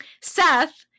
Seth